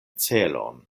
celon